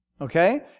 okay